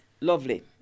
lovely